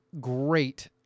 great